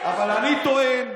אבל אני טוען: